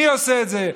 מי עושה את זה?